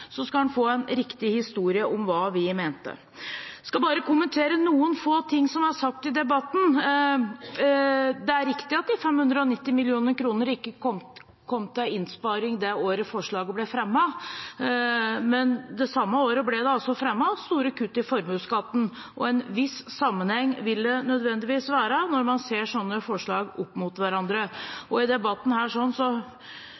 så skal han få en riktig historie om hva vi mente. Jeg vil kommentere noen få ting som er sagt i debatten. Det er riktig at de 590 mill. kr ikke kom til innsparing det året forslaget ble fremmet, men det samme året ble det altså fremmet store kutt i formuesskatten, og en viss sammenheng vil det nødvendigvis være når man ser sånne forslag opp mot hverandre. I denne debatten